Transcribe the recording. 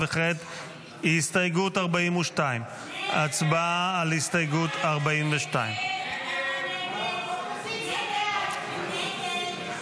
כעת הסתייגות 42. הצבעה על הסתייגות 42. הסתייגות 42 לא נתקבלה.